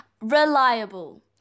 reliable